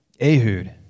Ehud